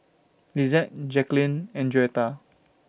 Lizeth Jacklyn and Joetta